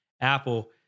Apple